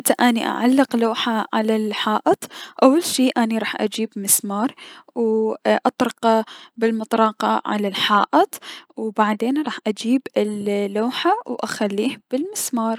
حتى اني اعلق لوحة على الحائط اول شي راح اجيب مسمار و راح اطرقه بلمطرفة على الحائط و بعدين راح اجيب ال اللوجة و اخليه بلمسمار.